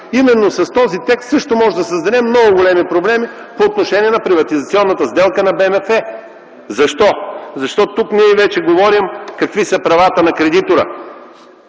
именно с този текст също можем да създадем много големи проблеми по отношение на приватизационната сделка на БМФ. Защо? Защото тук ние вече говорим какви са правата на кредитора,